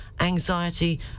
anxiety